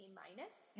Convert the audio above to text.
minus